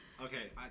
Okay